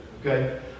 okay